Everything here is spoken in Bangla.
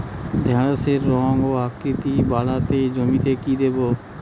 ঢেঁড়সের রং ও আকৃতিতে বাড়াতে জমিতে কি দেবো?